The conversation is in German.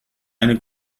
eine